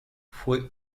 fue